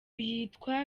yitwa